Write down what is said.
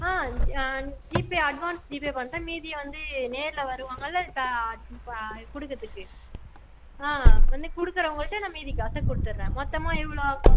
ஆ GPay advance GPay பண்கிறேன் மீதியை வந்து நேரில் வருவாங்கல்ல தா பா கொடுக்கறதுக்கு ஆ வந்து கொடுக்கறவங்கள்ட்ட நான் மீதி காசை கொடுத்துட்றேன் மொத்தமாக எவ்வளோ ஆகும்